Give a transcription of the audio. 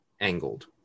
angled